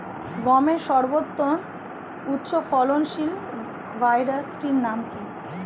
গমের সর্বোত্তম উচ্চফলনশীল ভ্যারাইটি নাম কি?